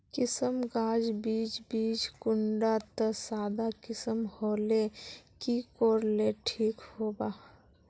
किसम गाज बीज बीज कुंडा त सादा किसम होले की कोर ले ठीक होबा?